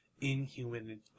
inhuman